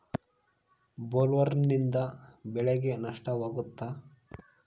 ಬೊಲ್ವರ್ಮ್ನಿಂದ ಬೆಳೆಗೆ ನಷ್ಟವಾಗುತ್ತ?